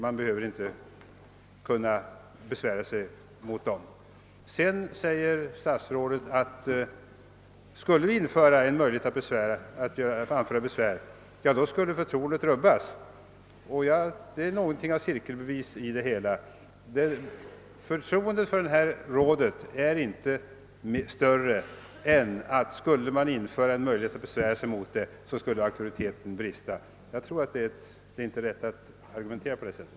Sedan sade statsrådet att förtroendet skulle rubbas, om vi införde möjlighet att anföra besvär över rådets beslut. Detta är något av ett cirkelbevis. Förtroendet för rådet är tydligen inte större än att auktoriteten skulle brista om det fanns en möjlighet att besvära sig. Jag tycker inte det är riktigt att argumentera på det sättet.